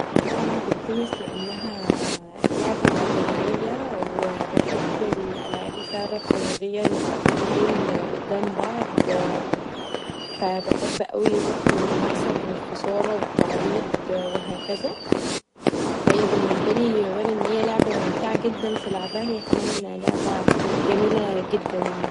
بحب العب التنس لأنها لعبه جماعيه و بحب الالعاب اللي فيها روح رياضيه يبقوا فريقين قدام بعض فبحب اوي روح المكسب و الخساره و التعويض و هكذا فهي بنسبالي غير انها لعبه ممتعه جدا في لعبها